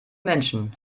menschen